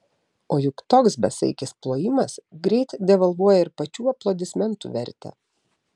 o juk toks besaikis plojimas greit devalvuoja ir pačių aplodismentų vertę